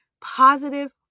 positive